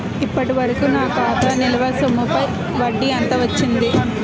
ఇప్పటి వరకూ నా ఖాతా నిల్వ సొమ్ముపై వడ్డీ ఎంత వచ్చింది?